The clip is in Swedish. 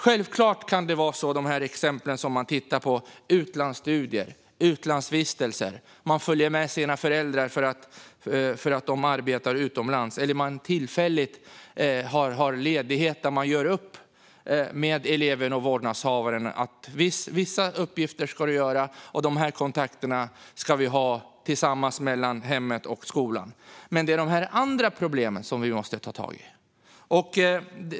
Givetvis finns exempel med studier och vistelser utomlands. Man följer med sina föräldrar när de arbetar utomlands eller man har tillfälligt ledigt. Då gör skolan upp med eleven och vårdnadshavaren om vilka uppgifter som ska göras och vilka kontakter som ska tas mellan hemmet och skolan. Men det är de andra problemen vi måste ta tag i.